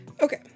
Okay